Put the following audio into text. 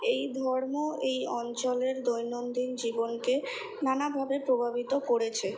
এই ধর্ম এই অঞ্চলের দৈনন্দিন জীবনকে নানাভাবে প্রভাবিত করেছে